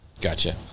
Gotcha